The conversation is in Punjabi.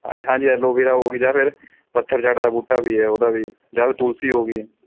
ਹਾਂਜੀ ਹਾਂਜੀ ਐਲਓ ਬੀਰਾ ਹੋ ਗਈ ਜਾਂ ਫਿਰ ਪੱਥਰ ਚੱਟ ਦਾ ਬੂਟਾ ਵੀ ਹੈ ਉਹਦਾ ਵੀ ਜਾਂ ਫਿਰ ਤੁਲਸੀ ਹੋ ਗਈ